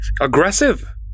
Aggressive